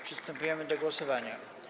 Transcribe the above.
Przystępujemy do głosowania.